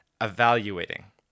evaluating